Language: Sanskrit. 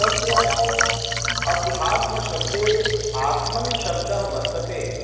तत्र अध्यात्मशब्दे आत्मन् शब्दः वर्तते